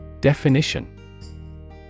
Definition